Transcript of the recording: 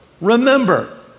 Remember